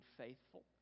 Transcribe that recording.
faithful